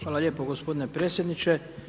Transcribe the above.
Hvala lijepo g. predsjedniče.